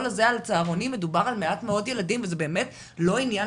הזה על צהרונים בכלל מתייחס על מעט מאוד ילדים ובאמת זה לא עניין